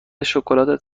شکلات